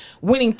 winning